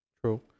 True